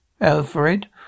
Alfred